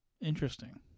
Interesting